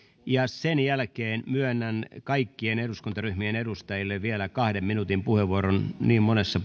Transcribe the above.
ja sen jälkeen myönnän kaikkien eduskuntaryhmien edustajille vielä kahden minuutin puheenvuoron niin monessa